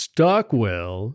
Stockwell